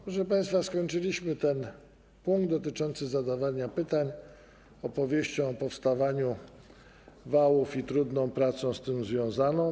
Proszę państwa, zakończyliśmy punkt dotyczący zadawania pytań opowieścią o powstawaniu wałów i trudnej pracy z tym związanej.